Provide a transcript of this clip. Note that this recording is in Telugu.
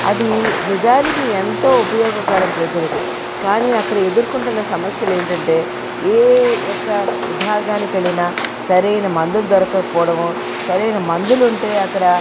అది నిజానికి ఎంతో ఉపయోగకరము ప్రజలకి కానీ అక్కడ ఎదుర్కొంటున్న సమస్యలు ఏంటంటే ఏ యొక్క విభాగానికి వెళ్ళిన సరైన మందులు దొరకక పోవడం సరైన మందులు ఉంటే అక్కడ